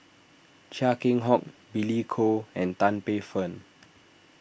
Chia Keng Hock Billy Koh and Tan Paey Fern